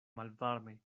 malvarme